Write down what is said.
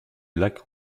lac